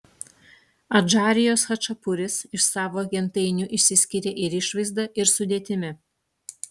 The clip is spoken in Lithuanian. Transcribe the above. adžarijos chačapuris iš savo gentainių išsiskiria ir išvaizda ir sudėtimi